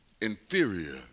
inferior